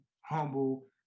humble